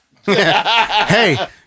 Hey